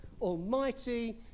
Almighty